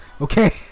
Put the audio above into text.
Okay